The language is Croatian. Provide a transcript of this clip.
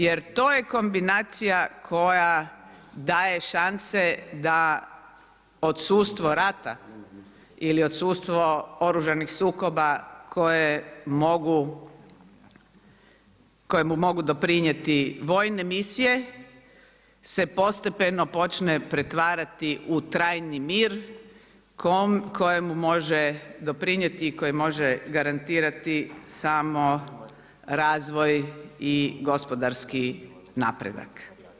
Jer to je kombinacija koja daje šanse da odsustvo rata ili odsustvo oružanih sukoba koje mu mogu doprinijeti vojne misije se postepeno počne pretvarati u trajni mir kojemu može doprinijeti i koji može garantirati samo razvoj i gospodarski napredak.